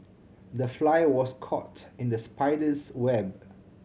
the fly was caught in the spider's web